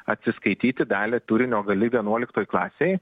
atsiskaityti dalį turinio gali vienuoliktoj klasėj